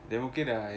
I'm okay டா:da